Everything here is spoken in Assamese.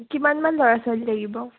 কিমানমান ল'ৰা ছোৱালী লাগিব